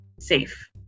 safe